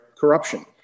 corruption